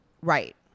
Right